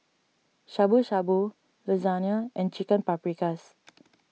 Shabu Shabu Lasagne and Chicken Paprikas